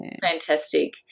Fantastic